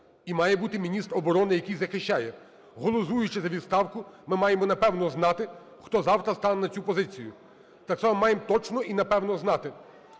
і має бути міністр оборони, який захищає. Голосуючи за відставку, ми маємо, напевно, знати, хто завтра стане на цю позицію. Так само маємо точно і напевно знати,